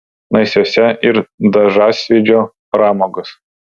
naisiuose ir dažasvydžio pramogos